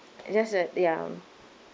it's just that ya